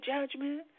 judgment